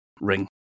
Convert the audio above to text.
ring